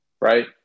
right